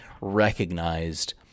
recognized